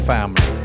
Family